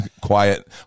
quiet